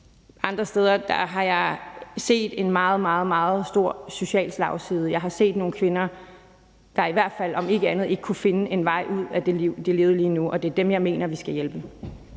andre steder, har jeg set en meget, meget stor social slagside. Jeg har set nogle kvinder, der i hvert fald, om ikke andet, ikke kunne finde en vej ud af det liv, de levede lige på det tidspunkt, og det er dem, jeg mener vi skal hjælpe.